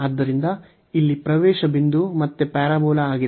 ಆದ್ದರಿಂದ ಇಲ್ಲಿ ಪ್ರವೇಶ ಬಿಂದು ಮತ್ತೆ ಪ್ಯಾರಾಬೋಲಾ ಆಗಿದೆ